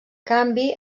canvi